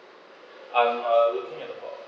I'm uh looking at about